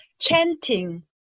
chanting